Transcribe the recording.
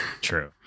true